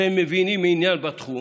והם מבינים עניין בתחום,